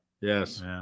Yes